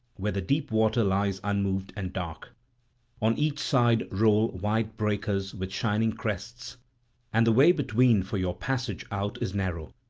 where the deep water lies unmoved and dark on each side roll white breakers with shining crests and the way between for your passage out is narrow.